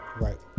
right